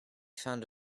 found